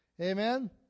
Amen